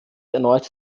erneut